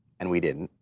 and we didn't,